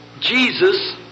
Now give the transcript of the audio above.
Jesus